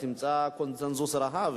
תמצא קונסנזוס רחב,